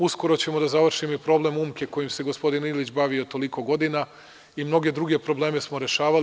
Uskoro ćemo da završimo i problem Umke kojim se gospodin Ilić bavio toliko godina i mnoge druge probleme smo rešavali.